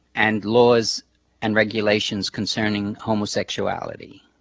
and laws and regulations concerning homosexuality.